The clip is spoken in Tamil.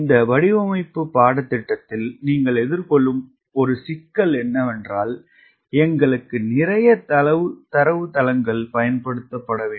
இந்த வடிவமைப்பு பாடத்திட்டத்தில் நீங்கள் எதிர்கொள்ளும் ஒரு சிக்கல் என்னவென்றால் எங்களுக்கு நிறைய தரவுத்தளங்கள் பயன்படுத்தப்பட வேண்டும்